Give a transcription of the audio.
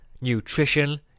nutrition